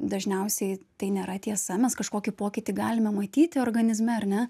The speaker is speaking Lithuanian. dažniausiai tai nėra tiesa mes kažkokį pokytį galime matyti organizme ar ne